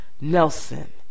Nelson